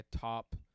top